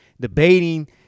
Debating